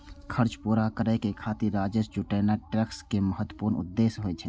खर्च पूरा करै खातिर राजस्व जुटेनाय टैक्स के महत्वपूर्ण उद्देश्य होइ छै